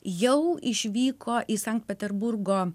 jau išvyko į sankt peterburgo